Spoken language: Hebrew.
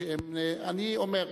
אני אומר,